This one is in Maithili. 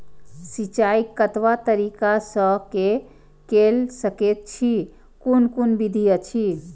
सिंचाई कतवा तरीका स के कैल सकैत छी कून कून विधि अछि?